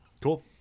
Cool